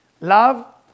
love